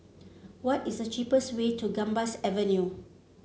what is the cheapest way to Gambas Avenue